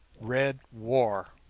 red war!